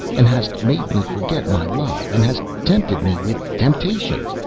and hast made me forget my love, and hast tempted me with temptations,